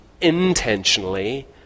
intentionally